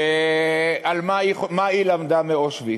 על מה היא למדה מאושוויץ.